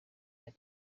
ari